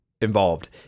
involved